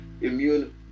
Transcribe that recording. immune